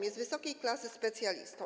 Jest wysokiej klasy specjalistą.